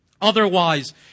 Otherwise